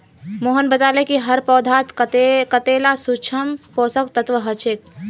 मोहन बताले कि हर पौधात कतेला सूक्ष्म पोषक तत्व ह छे